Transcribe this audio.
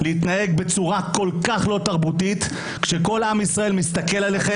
להתנהג בצורה כה לא תרבותית כשכל עם ישראל מסתכל עליכם